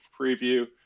preview